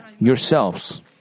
yourselves